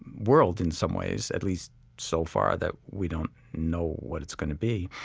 world in some ways, at least so far that we don't know what it's going to be.